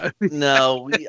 No